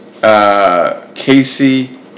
Casey